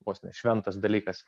vos ne šventas dalykas